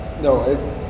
No